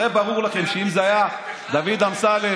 הרי ברור לכם שאם זה היה דוד אמסלם,